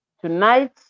Tonight